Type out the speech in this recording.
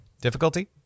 Difficulty